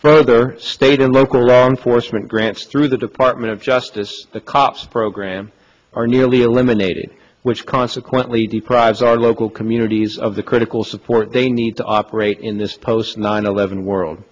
further state and local law enforcement grants through the department of justice the cops program are nearly eliminated which consequently deprives our local communities of the critical support they need to operate in this post nine eleven world